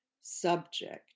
subject